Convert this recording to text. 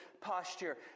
posture